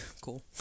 cool